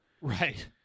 Right